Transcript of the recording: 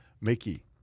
Mickey